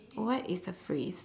what is a phrase